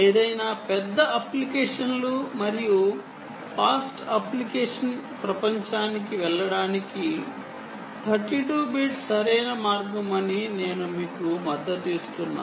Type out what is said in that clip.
ప్రపంచంలో ఏదైనా పెద్ద అప్లికేషన్లు మరియు వేగవంతమైన అప్లికేషన్ల కొరకు 32 బిట్ సరైనది నా ఉద్దేశం